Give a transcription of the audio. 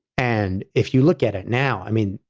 and if you look at it now, i mean,